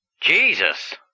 Jesus